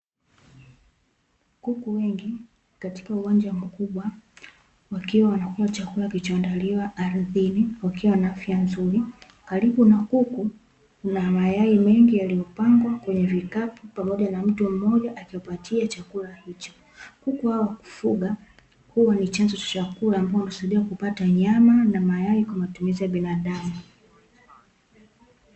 Kuku wengi katika uwanja mkubwa wakiwa wanakula chakula kilichoandaliwa ardhini wakiwa na afya nzuri. Karibu na kuku kuna mayai mengi yaliyo pangwa kwenye vikapu pamoja namtu mmoja akiwapatia chakula hicho kuku hao wakufuga huwa ni chanzo cha chakula ambao hutusaidia kupata nyama na mayai kwa matumizi ya binadamu.